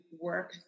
work